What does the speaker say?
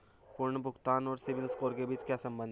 पुनर्भुगतान और सिबिल स्कोर के बीच क्या संबंध है?